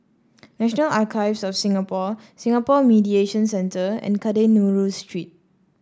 National Archives of Singapore Singapore Mediation Centre and Kadayanallur Street